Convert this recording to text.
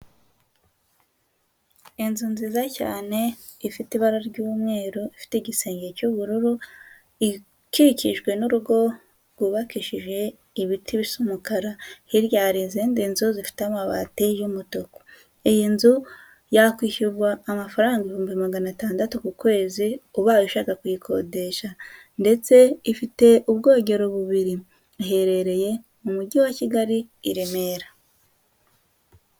Inzu nziza cyane ifite ibara ry'umweru, ifite igisenge cy'ubururu, ikikijwe n'urugo rwubakishije ibiti bisa umukara, hirya hari izindi nzu zifite amabati y'umutuku. Iyi nzu yakwishyurwa amafaranga ibihumbi magana atandatu ku kwezi, ubaye ushaka kuyikodesha. Ndetse ifite ubwogero bubiri, iherereye mu mujyi wa Kigali i Remera.